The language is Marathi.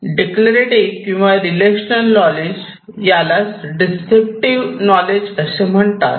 डिक्लरेटिव्ह किंवा रिलेशन्स नॉलेज यालाच डिस्क्रिप्टिव्ह नॉलेज असे म्हणतात